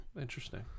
interesting